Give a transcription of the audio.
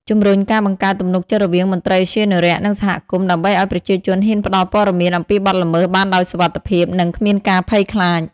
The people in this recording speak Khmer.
ជំរុញការបង្កើតទំនុកចិត្តរវាងមន្ត្រីឧទ្យានុរក្ស និងសហគមន៍ ដើម្បីឲ្យប្រជាជនហ៊ានផ្តល់ព័ត៌មានអំពីបទល្មើសបានដោយសុវត្ថិភាព និងគ្មានការភ័យខ្លាច។